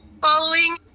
following